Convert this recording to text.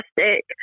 fantastic